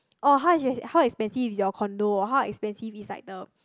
oh how ex~ how expensive is your condo how expensive is like the